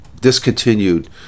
discontinued